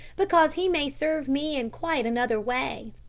because he may serve me in quite another way.